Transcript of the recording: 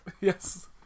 Yes